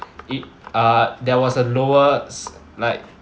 it uh there was a lower s~ like